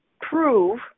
prove